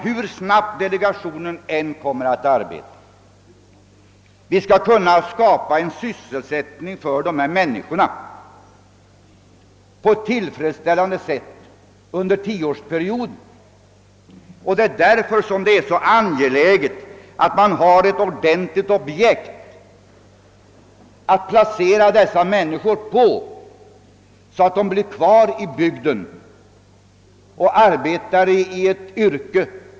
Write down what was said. Hur snabbt delegationen än arbetar är det svårt att tro att vi skall kunna skapa arbetstillfällen i tillräcklig utsträckning för människorna där uppe under dén tioårsperiod det här gäller. Det är därför det är så angeläget att ha ett ordentligt objekt som dessa människor kan sysselsättas med, så att de blir kvar i bygden i ett välavlönat yrke.